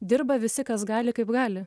dirba visi kas gali kaip gali